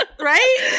Right